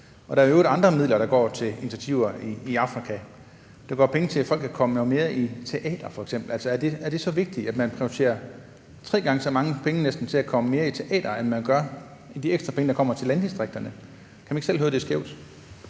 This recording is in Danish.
Der er i øvrigt andre midler, der går til initiativer i Afrika. Og der går penge til, at folk f.eks. kan komme noget mere i teateret. Er det så vigtigt, at man prioriterer næsten tre gange så mange penge til, at folk kan komme mere i teatret, end man gør i de ekstra penge, der kommer til landdistrikterne? Kan man ikke selv høre, det er skævt?